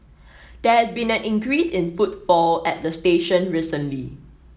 there has been an increase in footfall at the station recently